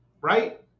right